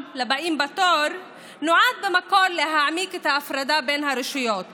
לבאים בתור נועד במקור להעמיק את ההפרדה בין הרשויות